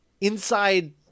inside